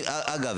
אגב,